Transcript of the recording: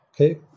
Okay